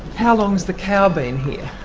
how long's the cow been here?